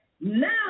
Now